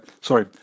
sorry